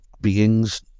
beings